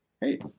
hey